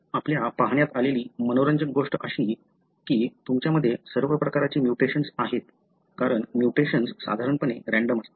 आपल्या पाहण्यात आलेली मनोरंजक गोष्ट अशी की तुमच्यामध्ये सर्व प्रकारची म्युटेशन्स आहेत कारण म्युटेशन्स साधारणपणे रँडम असतात